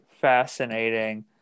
fascinating